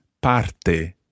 parte